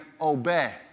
obey